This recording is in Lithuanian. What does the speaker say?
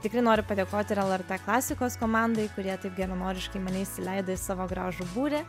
tikrai noriu padėkoti ir lrt klasikos komandai kurie taip geranoriškai mane įsileido į savo gražų būrį